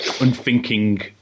unthinking